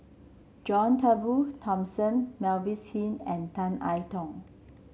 John Turnbull Thomson Mavis Hee and Tan I Tong